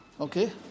okay